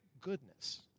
goodness